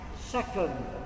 Second